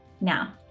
Now